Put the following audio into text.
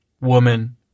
woman